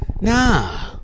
Nah